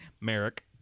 Merrick